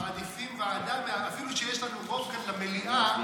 מעדיפים ועדה, אפילו שיש לנו רוב כאן במליאה,